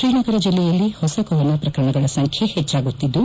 ಶ್ರೀನಗರ ಜಿಲ್ಲೆಯಲ್ಲಿ ಹೊಸ ಕೊರೋನಾ ಪ್ರಕರಣಗಳ ಸಂಖ್ಯೆ ಹೆಚ್ಚಾಗುತ್ತಿದ್ದು